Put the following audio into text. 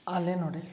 ᱟᱞᱮ ᱱᱚᱰᱮ